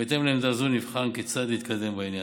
ובהתאם לעמדה זו נבחן כיצד להתקדם בעניין.